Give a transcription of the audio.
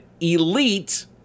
elite